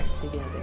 together